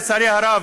לצערי הרב,